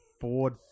Ford